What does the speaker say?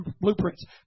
blueprints